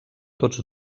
tots